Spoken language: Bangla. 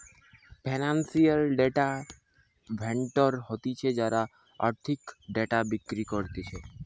ফিনান্সিয়াল ডেটা ভেন্ডর হতিছে যারা আর্থিক ডেটা বিক্রি করতিছে